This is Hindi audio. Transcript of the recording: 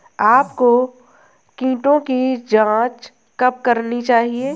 आपको कीटों की जांच कब करनी चाहिए?